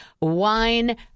wine